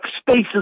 spaces